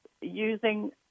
Using